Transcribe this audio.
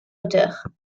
auteur